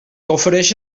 ofereix